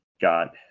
got